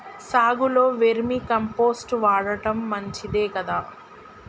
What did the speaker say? సాగులో vermicompost వాడటం మంచిదే కదా?